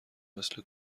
مثل